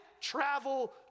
travel